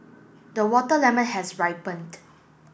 the water lemon has ripened